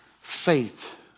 faith